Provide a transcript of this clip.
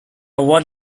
one